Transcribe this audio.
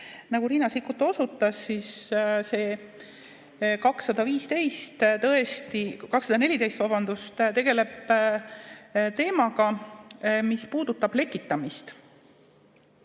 Nagu Riina Sikkut osutas, siis see § 214 tegeleb teemaga, mis puudutab lekitamist.